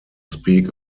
speak